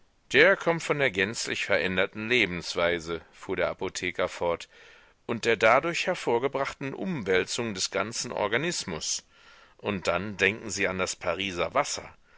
der kommt von der gänzlich veränderten lebensweise fuhr der apotheker fort und der dadurch hervorgebrachten umwälzung des ganzen organismus und dann denken sie an das pariser wasser